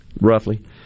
roughly